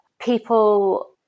people